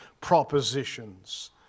propositions